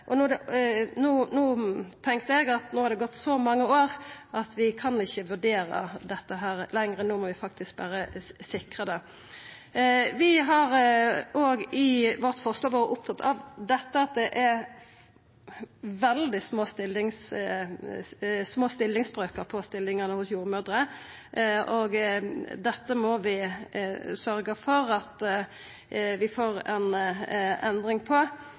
og vi kom kvarandre i møte. No tenkte eg at det har gått så mange år at vi ikkje kan vurdera dette lenger, no må vi faktisk berre sikra det. I vårt forslag har vi òg vore opptekne av at det er veldig små stillingsbrøkar på stillingane blant jordmødrer, og dette må vi sørgja for at vi får ei endring på.